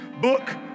book